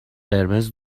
قرمز